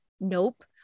nope